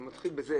זה מתחיל בזה.